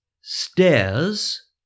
stairs